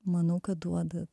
manau kad duoda